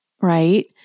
right